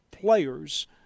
players